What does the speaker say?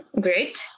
Great